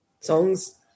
songs